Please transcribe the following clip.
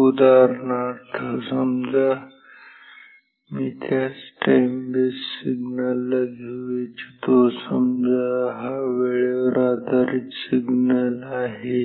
उदाहरणार्थ समजा मी त्याच टाइम बेस सिग्नल ला घेऊ शकतो समजा हा वेळेवर आधारित सिग्नल आहे